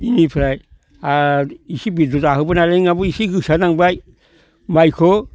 बेनिफ्राय आरो इसे बेदर जाहोबाय नालाय नोंहाबो इसे गोसोआ नांबाय माइखौ